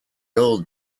old